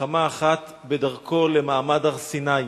ומלחמה אחת בדרכו למעמד הר-סיני,